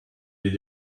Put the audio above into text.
did